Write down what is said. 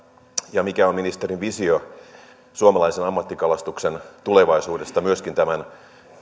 ja mikä on ministerin visio suomalaisen ammattikalastuksen tulevaisuudesta myöskin tämän